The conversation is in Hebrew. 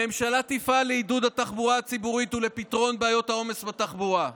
הממשלה תפעל לעידוד התחבורה הציבורית ולפתרון בעיות העומס בתחבורה.